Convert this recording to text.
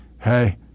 hey